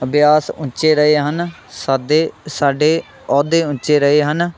ਅਭਿਆਸ ਉੱਚੇ ਰਹੇ ਹਨ ਸਾਦੇ ਸਾਡੇ ਅਹੁਦੇ ਉੱਚੇ ਰਹੇ ਹਨ